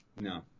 no